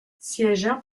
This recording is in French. siégeant